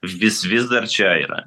vis vis dar čia yra